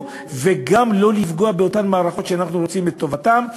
וגם כדי לא לפגוע באותן מערכות שאנחנו רוצים בטובתן,